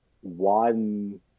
one